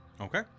okay